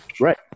Right